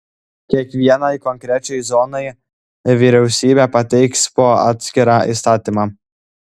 kiekvienai konkrečiai zonai vyriausybė pateiks po atskirą įstatymą